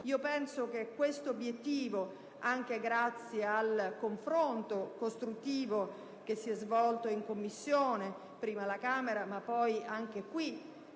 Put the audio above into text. Io penso che questo obiettivo sia stato raggiunto, anche grazie al confronto costruttivo che si è svolto in Commissione, prima alla Camera e poi anche qui